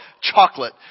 chocolate